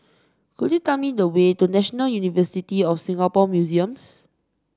could you tell me the way to National University of Singapore Museums